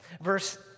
Verse